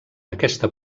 aquesta